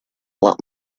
let